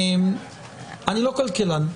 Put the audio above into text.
אני לא כלכלן,